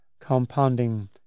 compounding